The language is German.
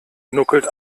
nuckelt